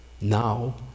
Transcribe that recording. now